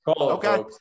Okay